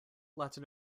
latin